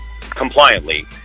compliantly